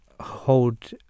hold